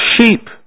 sheep